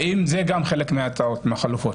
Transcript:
האם זה גם חלק מההצעות או החלופות?